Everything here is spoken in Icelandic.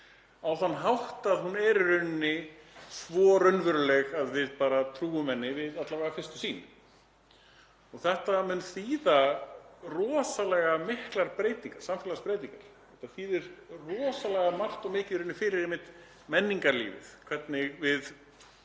á þann hátt að hún er svo raunveruleg að við bara trúum henni, alla vega við fyrstu sýn. Þetta mun þýða rosalega miklar breytingar, samfélagsbreytingar. Þetta þýðir rosalega margt og mikið fyrir menningarlífið, hvernig